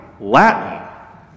Latin